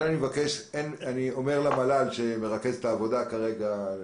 אני אומר למל"ל שמרכז את העבודה כרגע,